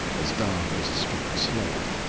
as dark as a strip of slate.